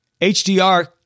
HDR